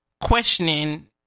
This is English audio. questioning